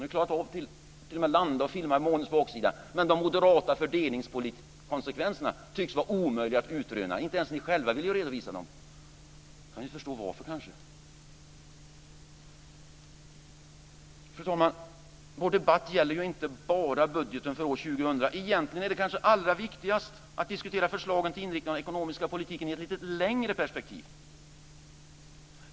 Man har ju t.o.m. klarat att landa på månen och att filma månens baksida, men fördelningskonsekvenserna av de moderata förslagen tycks vara omöjliga att utröna. Inte ens ni själva vill ju redovisa dem. Kan någon förstå varför? Fru talman! Vår debatt gäller inte bara budgeten för år 2000. Det är kanske egentligen allra viktigast att diskutera förslagen till inriktning av den ekonomiska politiken i ett lite längre perspektiv.